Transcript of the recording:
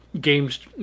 games